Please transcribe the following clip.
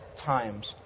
times